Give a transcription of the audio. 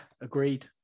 Agreed